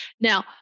Now